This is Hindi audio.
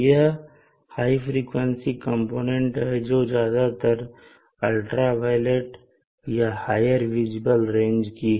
यह हाई फ्रिकवेंसी कंपोनेंट हैं जो ज्यादातर अल्ट्रावायलेट या हायर विजिबल रेंज के हैं